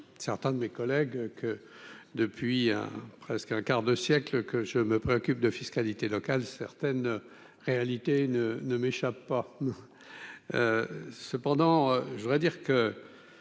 certains de mes collègues que depuis presque un quart de siècle, que je me préoccupe de fiscalité locale certaines réalités ne ne m'échappe pas, cependant, je voudrais dire que